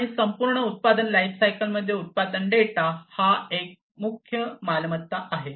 आणि संपूर्ण उत्पादन लाइफसायकल मध्ये उत्पादन डेटा ही एक मुख्य मालमत्ता आहे